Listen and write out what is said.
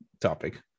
topic